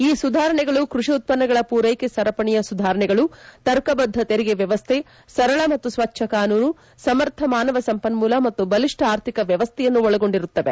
ಈ ಸುಧಾರಣೆಗಳು ಕೃಷಿ ಉತ್ತನ್ನಗಳ ಪೂರೈಕೆ ಸರಪಣಿಯ ಸುಧಾರಣೆಗಳು ತರ್ಕಬದ್ದ ತೆರಿಗೆ ವ್ಯವಸ್ಟ ಸರಳ ಮತ್ತು ಸ್ವಜ್ಞ ಕಾನೂನು ಸಮರ್ಥ ಮಾನವ ಸಂಪನ್ನೂಲ ಮತ್ತು ಬಲಿಷ್ಠ ಆರ್ಥಿಕ ವ್ಯವಸ್ಥೆಯನ್ನು ಒಳಗೊಂಡಿರುತ್ತವೆ